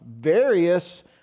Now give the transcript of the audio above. Various